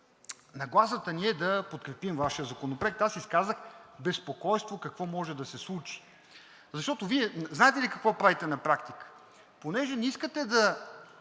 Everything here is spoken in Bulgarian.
нагласата ни е да подкрепим Вашия законопроект. Аз изказах безпокойство какво може да се случи. Защото знаете ли какво правите на практика? Понеже не искате да